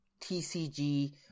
tcg